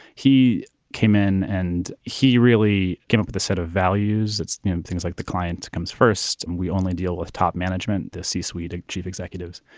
he came in and he really came up with a set of values you know things like the client comes first and we only deal with top management, the c-suite chief executives,